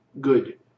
Good